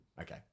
Okay